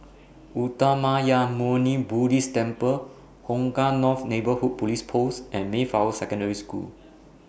Uttamayanmuni Buddhist Temple Hong Kah North Neighbourhood Police Post and Mayflower Secondary School